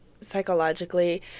psychologically